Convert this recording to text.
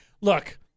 look